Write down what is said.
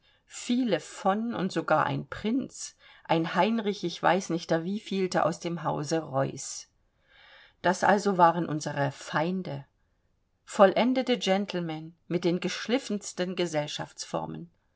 viele von und sogar ein prinz ein heinrich ich weiß nicht der wievielte aus dem hause reuß das also waren unsere feinde vollendete gentlemen mit den geschliffensten gesellschaftsformen